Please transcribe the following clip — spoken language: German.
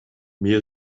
mir